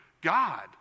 God